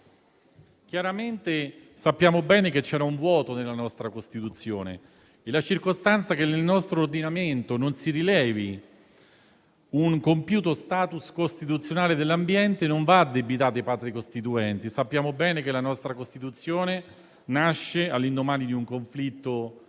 e ambientali. Sappiamo bene che c'era un vuoto nella nostra Costituzione. E la circostanza che nel nostro ordinamento non si rilevi un compiuto *status* costituzionale dell'ambiente non va addebitato ai Padri costituenti. Sappiamo bene che la nostra Costituzione nasce all'indomani di un conflitto